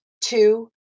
Two